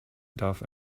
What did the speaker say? darf